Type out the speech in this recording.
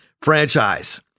franchise